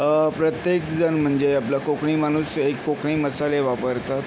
प्रत्येक जण म्हणजे आपलं कोकणी माणूस हे कोकणी मसाले वापरतात